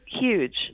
huge